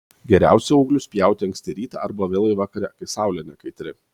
geriausia ūglius pjauti anksti rytą arba vėlai vakare kai saulė nekaitri